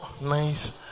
nice